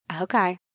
Okay